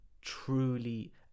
truly